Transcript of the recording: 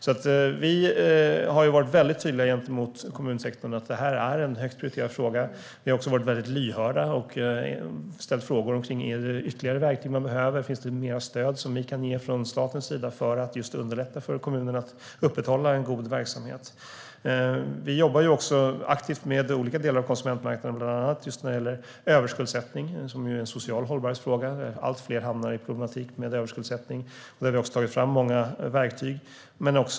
Regeringen har varit tydlig mot kommunsektorn med att konsumentfrågor är en högt prioriterad fråga. Regeringen har också varit lyhörd och frågat om det behövs ytterligare verktyg eller om staten kan ge mer stöd för att underlätta för kommunerna att upprätthålla en god verksamhet. Regeringen jobbar aktivt med olika delar av konsumentmarknaden, bland annat i frågor om överskuldsättning. Det är en fråga om social hållbarhet - allt fler hamnar i problem på grund av överskuldsättning. Regeringen har tagit fram många verktyg.